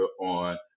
on